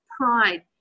pride